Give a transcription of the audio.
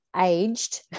aged